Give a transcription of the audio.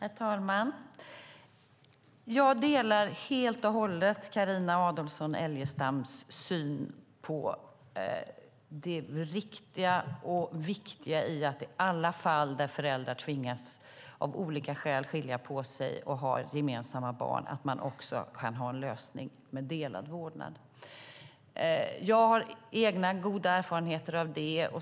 Herr talman! Jag delar helt och hållet Carina Adolfsson Elgestams syn på det riktiga och viktiga i att man i alla fall där föräldrar som har gemensamma barn och av olika skäl har tvingats skilja på sig kan ha en lösning med delad vårdnad. Jag har egna goda erfarenheter av det.